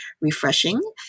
refreshing